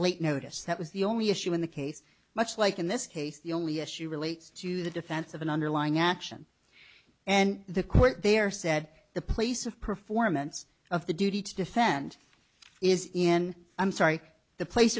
late notice that was the only issue in the case much like in this case the only issue relates to the defense of an underlying action and the court there said the place of performance of the duty to defend is in i'm sorry the place